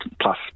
plus